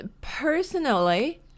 personally